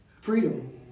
freedom